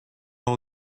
all